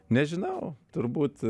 nežinau turbūt